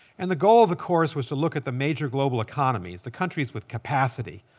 and the goal of the course was to look at the major global economies, the countries with capacity,